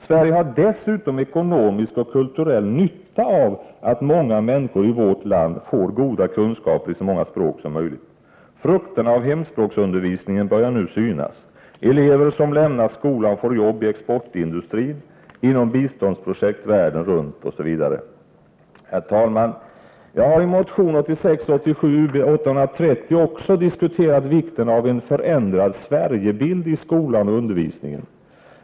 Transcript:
Sverige har dessutom ekonomisk och kulturell nytta av att många människor i vårt land får goda kunskaper i så många språk som möjligt. Frukterna av hemspråksundervisningen börjar nu synas: Eleverna som lämnar skolan får jobb i exportindustrin, inom biståndsprojekt världen runt OSV. Herr talman! Jag har i motion 1986/87:Ub830 också diskuterat vikten av en förändrad Sverigebild i skolan och i undervisningen.